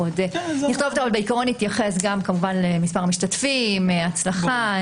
בעיקרון נתייחס כמובן גם למספר משתתפים, להצלחה,